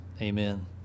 Amen